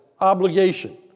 obligation